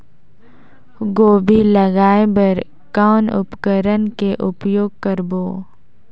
गोभी जगाय बर कौन उपकरण के उपयोग करबो?